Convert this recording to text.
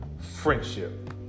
friendship